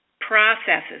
processes